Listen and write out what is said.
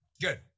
Good